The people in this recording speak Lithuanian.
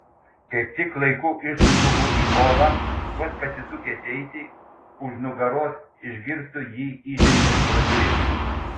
kaip tik laiku išskubu į holą vos pasisukęs eiti už nugaros išgirstu jį įžengiant pro duris